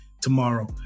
tomorrow